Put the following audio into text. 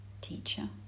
Teacher